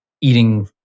eating